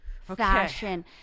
fashion